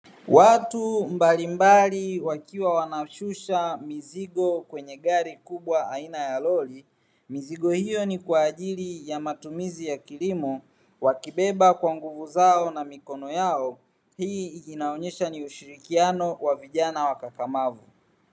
Watu mbalimbali wakiwa wanashusha mizigo kwenye gari kubwa aina ya lori, mizigo hiyo ni kwa ajili ya matumizi ya kilimo. Wakibeba kwa nguvu zao na mikono yao, hii inaonyesha ni ushirikiano wa vijana wakakamavu.